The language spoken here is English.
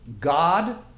God